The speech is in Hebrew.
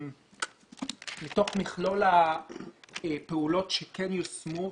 שמתוך מכלול הפעולות שכן יושמו,